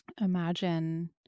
imagine